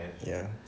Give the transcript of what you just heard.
ya